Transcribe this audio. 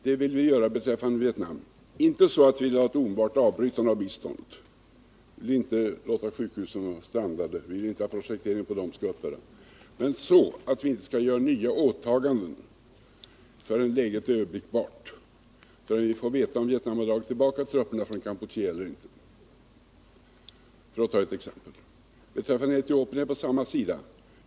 Det vill vi göra beträffande Vietnam, inte så att vi vill ha ett omedelbart avbrytande av biståndet — vi vill inte att projekteringen av sjukhusen skall upphöra — men så att vi inte skall ta på oss nya åtaganden, förrän läget är överblickbart och vi fått veta om Vietnam har dragit tillbaka sina trupper från Kampuchea. Det var ett exempel. Beträffande Etiopien är det på samma sätt.